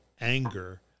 anger